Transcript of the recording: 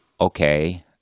Okay